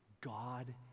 God